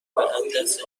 ماهیتابه، ازدستش